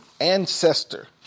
ancestor